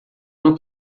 não